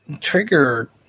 trigger